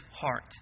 heart